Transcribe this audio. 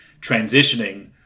transitioning